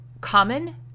common